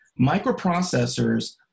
Microprocessors